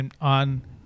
on